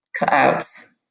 cutouts